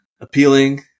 appealing